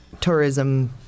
tourism